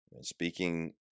Speaking